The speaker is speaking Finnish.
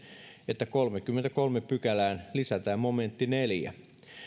että kolmanteenkymmenenteenkolmanteen pykälään lisätään neljäs momentti